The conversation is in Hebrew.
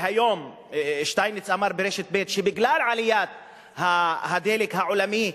והיום שטייניץ אמר ברשת ב' שבגלל עליית הדלק העולמי,